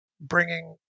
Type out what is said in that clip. bringing